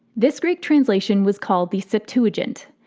this greek translation was called the septuagint.